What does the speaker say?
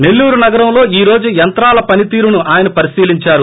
నెల్లూరు నగరంలో ఈ రోజు యంత్రాల పనితీరును ఆయన పరిశీలించారు